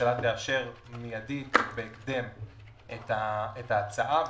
שהממשלה תאשר מיידית ובהקדם את ההצעה,